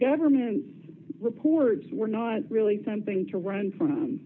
government's reports were not really something to run from